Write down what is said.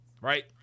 right